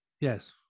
Yes